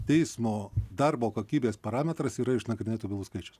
teismo darbo kokybės parametras yra išnagrinėtų bylų skaičius